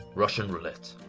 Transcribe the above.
russian roulette.